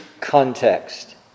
context